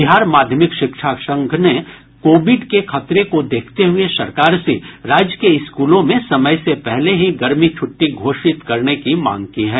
बिहार माध्यमिक शिक्षा संघ ने कोविड के खतरे को देखते हुये सरकार से राज्य के स्कूलों में समय से पहले ही गर्मी छ्टटी घोषित करने की मांग की है